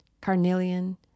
carnelian